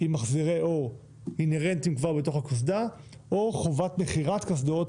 עם מחזירי אור אינהרנטיים כבר בתוך הקסדה או חובת מכירת קסדות